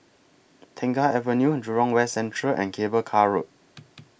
Tengah Avenue Jurong West Central and Cable Car Road